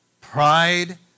Pride